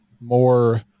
more